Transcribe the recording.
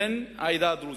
בן העדה הדרוזית,